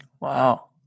Wow